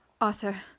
Arthur